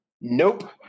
Nope